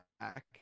back